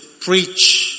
preach